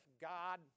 God